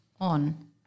on